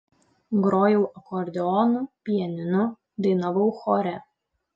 grojau akordeonu pianinu dainavau chore